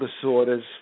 Disorders